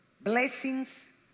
blessings